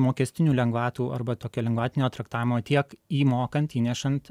mokestinių lengvatų arba tokia lengvatinio traktavimo tiek įmokant įnešant